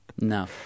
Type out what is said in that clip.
No